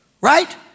Right